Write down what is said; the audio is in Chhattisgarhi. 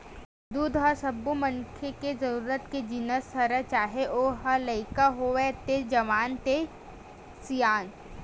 दूद ह सब्बो मनखे के जरूरत के जिनिस हरय चाहे ओ ह लइका होवय ते जवान ते सियान